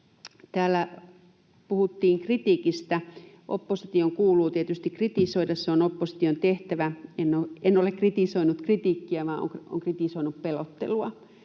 Täällä puhuttiin kritiikistä. Opposition kuuluu tietysti kritisoida, se on opposition tehtävä. En ole kritisoinut kritiikkiä, vaan olen kritisoinut pelottelua,